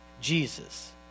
Jesus